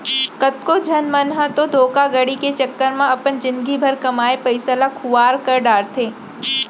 कतको झन मन ह तो धोखाघड़ी के चक्कर म अपन जिनगी भर कमाए पइसा ल खुवार कर डारथे